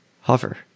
Hover